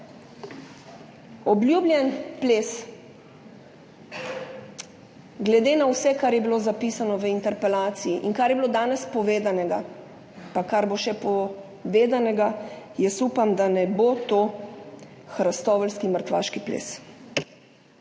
Obljubljen ples. Glede na vse, kar je bilo zapisano v interpelaciji in kar je bilo danes povedano, pa kar še bo povedano, jaz upam, da ne bo to hrastoveljski mrtvaški ples.